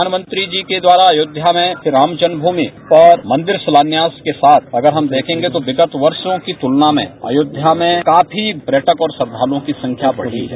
प्रधानमंत्री जी के द्वारा अध्योध्या में श्रीराम जन्मभूमि और मंदिर शिलान्यास के साथ अगर हम देखेंगे तो विगत वर्षो की तुलना में अयोष्या में काफी पर्यटन और श्रद्धालुओं की संख्या बढ़ी है